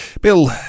Bill